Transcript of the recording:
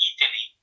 Italy